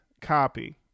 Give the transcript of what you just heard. copy